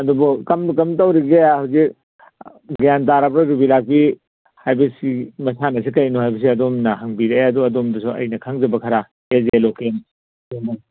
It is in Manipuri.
ꯑꯗꯨꯕꯨ ꯀꯔꯝ ꯇꯧꯔꯤꯒꯦ ꯍꯧꯖꯤꯛ ꯒ꯭ꯌꯥꯟ ꯇꯥꯔꯕ꯭ꯔꯣ ꯌꯨꯕꯤ ꯂꯥꯛꯄꯤ ꯍꯥꯏꯕꯁꯤ ꯃꯁꯥꯟꯅꯁꯤ ꯀꯔꯤꯅꯣ ꯍꯥꯏꯕꯁꯤ ꯑꯗꯣꯝꯅ ꯍꯪꯕꯤꯔꯛꯑꯦ ꯑꯗꯣ ꯑꯗꯣꯝꯗꯁꯨ ꯑꯩꯅ ꯈꯪꯖꯕ ꯈꯔ ꯑꯦꯁ ꯑꯦ ꯂꯣꯀꯦꯟ